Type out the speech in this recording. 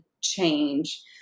change